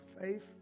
faith